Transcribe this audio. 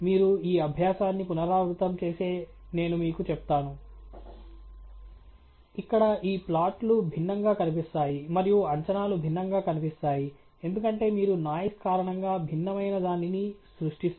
మీరు ఈ అభ్యాసాన్ని పునరావృతం చేస్తే నేను మీకు చెప్తాను ఇక్కడ ఈ ప్లాట్లు భిన్నంగా కనిపిస్తాయి మరియు అంచనాలు భిన్నంగా కనిపిస్తాయి ఎందుకంటే మీరు నాయిస్ కారణంగా భిన్నమైన దానిని సృష్టిస్తారు